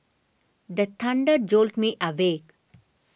the thunder jolt me awake